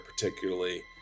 particularly